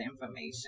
information